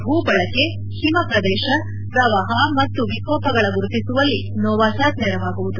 ಭೂ ಬಳಕೆ ಹಿಮ ಪ್ರದೇಶ ಪ್ರವಾಪ ಮತ್ತು ವಿಕೋಪಗಳನ್ನು ಗುರುತಿಸುವಲ್ಲಿ ನೋವಾಸಾರ್ ನೆರವಾಗುವುದು